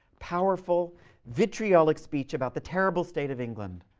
powerful vitriolic speech about the terrible state of england